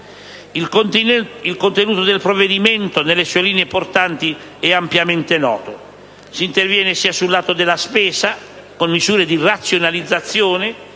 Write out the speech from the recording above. Il contenuto del provvedimento, nelle sue linee portanti, è ampiamente noto: si interviene sia sul lato della spesa, con misure di razionalizzazione,